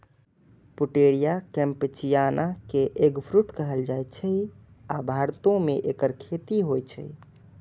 Pouteria campechiana कें eggfruit कहल जाइ छै, आ भारतो मे एकर खेती होइ छै